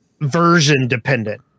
version-dependent